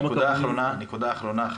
נקודה אחרונה.